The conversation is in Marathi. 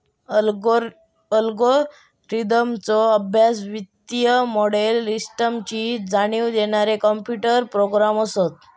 अल्गोरिदमचो अभ्यास, वित्तीय मोडेल, सिस्टमची जाणीव देणारे कॉम्प्युटर प्रोग्रॅम असत